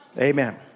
Amen